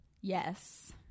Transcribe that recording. Yes